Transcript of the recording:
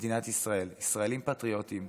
מדינת ישראל, ישראלים פטריוטים,